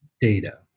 data